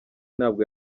ntabwo